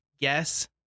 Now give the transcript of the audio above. guess